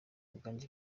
uganda